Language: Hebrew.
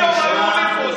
היו עומדים פה,